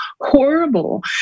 horrible